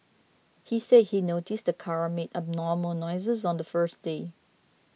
he said he noticed the car made abnormal noises on the first day